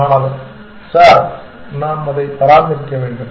மாணவர் சார் நாம் அதை பராமரிக்க வேண்டும்